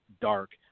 Dark